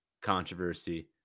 controversy